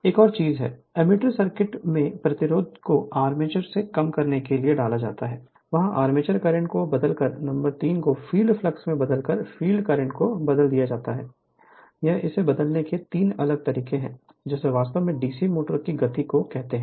एक और चीज एमीटर सर्किट में प्रतिरोध को आर्मेचर में कम करने के लिए डाला जाता है वहां आर्मेचर करंट को बदलकर नंबर 3 को फील्ड फ्लक्स को बदलकर फील्ड करंट को बदल दिया जाता है यह इसे बदलने के तीन अलग तरीके हैं जिसे वास्तव में डीसी मोटर की गति को कहते हैं